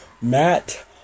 Matt